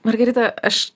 margarita aš